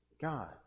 God